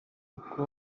uko